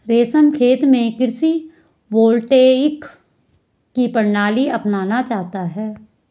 रमेश खेत में कृषि वोल्टेइक की प्रणाली अपनाना चाहता है